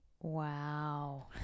Wow